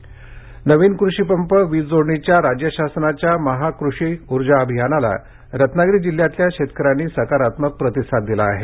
वीज जोडणी रत्नागिरी नवीन कृषीपंप वीज जोडणीच्या राज्य शासनाच्या महाकृषी ऊर्जा अभियानाला रत्नागिरी जिल्ह्यातल्या शेतकऱ्यांनी सकारात्मक प्रतिसाद दिला आहे